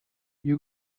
you